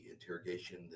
interrogation